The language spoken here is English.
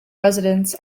residents